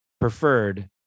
preferred